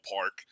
park